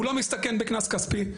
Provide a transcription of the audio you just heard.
הוא לא מסתכן בקנס כספי,